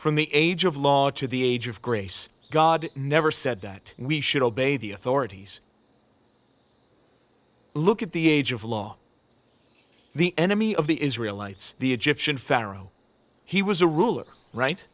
from the age of law to the age of grace god never said that we should obey the authorities look at the age of law the enemy of the israel lights the egyptian pharaoh he was a ruler right